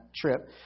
trip